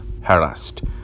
harassed